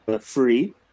free